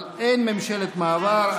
אבל אין ממשלת מעבר.